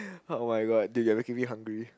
oh-my-god dude you're making me hungry